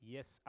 Yes